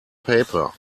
paper